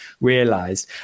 realised